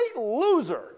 loser